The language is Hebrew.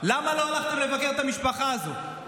למה לא הלכתם לבקר את המשפחה הזאת?